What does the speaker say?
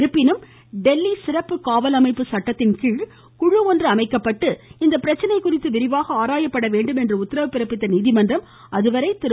இருப்பினும் டெல்லி சிறப்பு காவல்அமைப்பு சட்டத்தின்கீழ் குழு ஒன்று அமைக்கப்பட்டு இப்பிரச்சனை குறித்து விரிவாக ஆராயப்பட வேண்டும் என்று உத்தரவு பிறப்பித்த நீதிமன்றம் அதுவரை திரு